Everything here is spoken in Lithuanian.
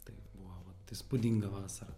tai buvo va įspūdinga vasara